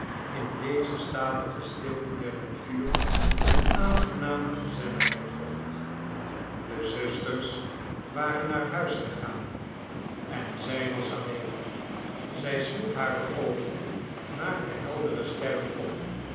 in deze statige stilte der natuur eene aangename gezelligheid vond de zusters waren naar huis gegaan en zij was alleen zij sloeg hare oogen naar de heldere sterren op